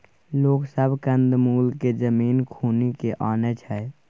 लोग सब कंद मूल केँ जमीन खुनि केँ आनय छै